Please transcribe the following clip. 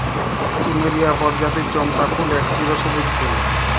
plumeria পরজাতির চম্পা ফুল এক চিরসব্যুজ ফুল